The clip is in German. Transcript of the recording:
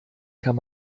kann